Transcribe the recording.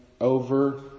over